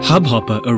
Hubhopper